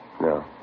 No